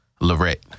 Lorette